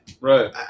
Right